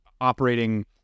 operating